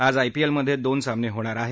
आज आयपीएलमध्ये दोन सामने होणार आहेत